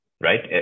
Right